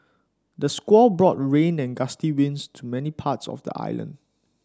the squall brought rain and gusty winds to many parts of the island